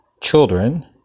children